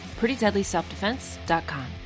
prettydeadlyselfdefense.com